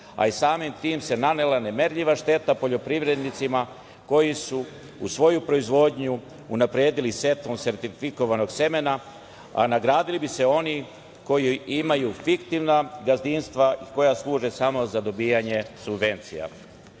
a samim tim se nanela nemerljiva šteta poljoprivrednicima koji su u svoju proizvodnju unapredili setvom sertifikovanog semena, a nagradili bi se oni koji imaju fiktivna gazdinstva i koja služe samo za dobijanje subvencija? Pitanje